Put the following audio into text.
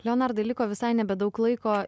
leonardai liko visai nebedaug laiko